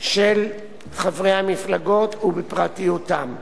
של חברי המפלגות ובפרטיותם,